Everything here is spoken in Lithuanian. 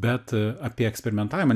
bet apie eksperimentavimą